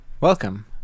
Welcome